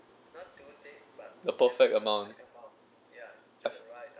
a perfect amount